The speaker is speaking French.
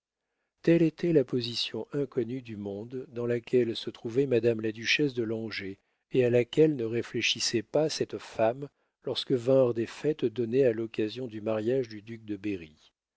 telle était la position inconnue du monde dans laquelle se trouvait madame la duchesse de langeais et à laquelle ne réfléchissait pas cette femme lorsque vinrent des fêtes données à l'occasion du mariage du duc de berri